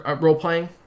role-playing